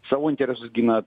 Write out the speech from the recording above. savo interesus gina